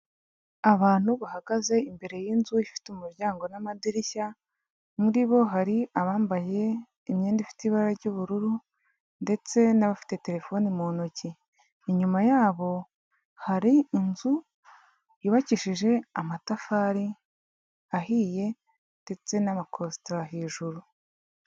Abantu bahagaze imbere y'inzu ifite umuryango n'amadirishya, muri bo hari abambaye imyenda ifite ibara ry'ubururu ndetse n'abafite telefone mu ntoki, inyuma yabo hari inzu yubakishije amatafari ahiye ndetse n'amakositara hejuru.